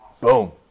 Boom